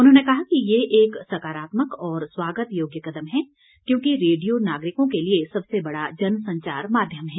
उन्होंने कहा कि यह एक सकारात्मक और स्वागत योग्य कदम है क्योंकि रेडियो नागरिकों के लिए सबसे बड़ा जन संचार माध्यम है